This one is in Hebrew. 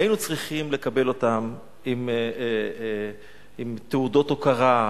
היינו צריכים לקבל אותם עם תעודות הוקרה,